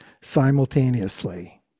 simultaneously